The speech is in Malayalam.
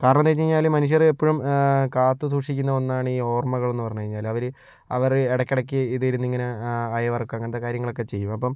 കാരണമെന്താണെന്ന് വെച്ച് കഴിഞ്ഞാൽ മനുഷ്യർ എപ്പോഴും കാത്തു സൂക്ഷിക്കുന്ന ഒന്നാണ് ഈ ഓർമ്മകൾ എന്ന് പറഞ്ഞു കഴിഞ്ഞാൽ അവർ അവർ ഇടയ്ക്കിടയ്ക്ക് ഇത് ഇരുന്ന് ഇങ്ങനെ അയവിറക്കുക അങ്ങനത്തെ കാര്യങ്ങളൊക്കെ ചെയ്യും അപ്പോൾ